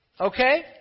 Okay